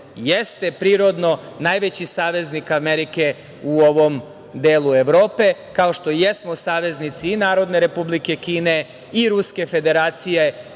jeste prirodno najveći saveznik Amerike u ovom delu Evrope, kao što jesmo saveznici i Narodne Republike Kine i Ruske Federacije,